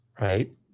Right